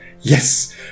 Yes